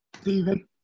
Stephen